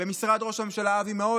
במשרד ראש הממשלה אבי מעוז?